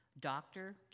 Doctor